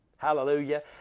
hallelujah